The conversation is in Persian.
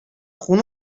خون